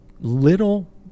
little